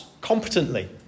competently